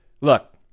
look